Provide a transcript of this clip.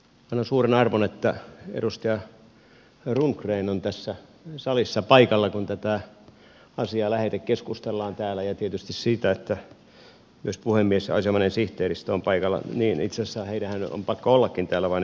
annan suuren arvon sille että edustaja rundgren on salissa paikalla kun tätä asiaa lähetekeskustellaan täällä ja tietysti sille että myös puhemies ja asianomainen sihteeristö ovat paikalla itse asiassa heidänhän on pakko ollakin täällä paikalla